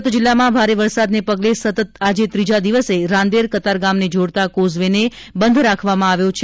સુરત જિલ્લામાં ભારે વરસાદના પગલે સતત આજે ત્રીજા દિવસે રાંદેર કતારગામને જોડતા કોઝ વેને બંધ રાખવામાં આવ્યો છે